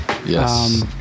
Yes